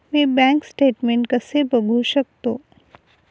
मी bank statement कसे बघू शकतो?